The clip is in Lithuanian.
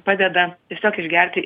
padeda tiesiog išgerti